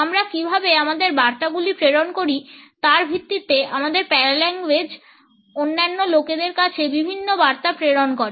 আমরা কীভাবে আমাদের বার্তাগুলি প্রেরণ করি তার ভিত্তিতে আমাদের প্যারাল্যাঙ্গুয়েজ অন্যান্য লোকেদের কাছে বিভিন্ন বার্তা প্রেরণ করে